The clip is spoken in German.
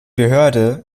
behörde